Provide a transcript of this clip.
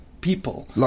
people